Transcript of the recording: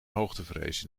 hoogtevrees